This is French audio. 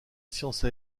science